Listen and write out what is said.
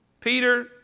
Peter